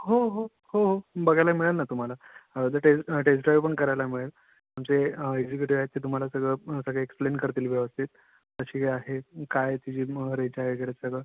हो हो हो हो बघायला मिळेल ना तुम्हाला जर टेस्ट टेस्ट ड्राईव पण करायला मिळेल आमचे एक्झिक्युटीव आहेत ते तुम्हाला सगळं सगळे एक्सप्लेन करतील व्यवस्थित कशी आहे काय तिची म रीच आहे वगैरे सगळं